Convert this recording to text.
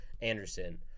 Anderson